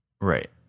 Right